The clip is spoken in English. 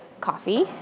coffee